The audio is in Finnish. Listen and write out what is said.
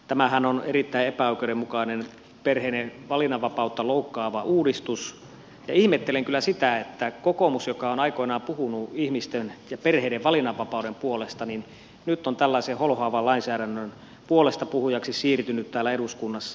tämähän on erittäin epäoikeudenmukainen perheiden valinnanvapautta loukkaava uudistus ja ihmettelen kyllä sitä että kokoomus joka on aikoinaan puhunut ihmisten ja perheiden valinnanvapauden puolesta nyt on tällaisen holhoavan lainsäädännön puolestapuhujaksi siirtynyt täällä eduskunnassa